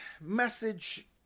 message